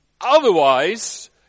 Otherwise